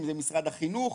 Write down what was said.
משרד החינוך.